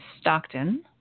Stockton